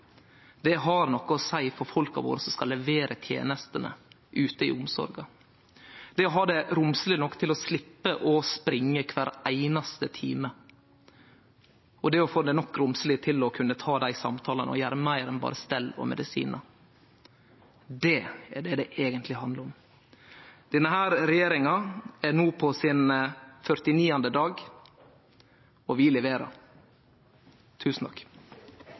Det har noko å seie for folka våre som skal levere tenestene ute i omsorga, å ha det romsleg nok til å sleppe å springe kvar einaste time, og å få det romsleg nok til å kunne ta dei samtalane og gjere meir enn det som gjeld berre stell og medisinar. Det er det det eigentleg handlar om. Denne regjeringa er no på sin 49. dag, og vi leverer.